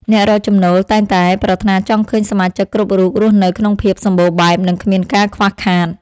អ្នករកចំណូលតែងតែប្រាថ្នាចង់ឃើញសមាជិកគ្រប់រូបរស់នៅក្នុងភាពសម្បូរបែប និងគ្មានការខ្វះខាត។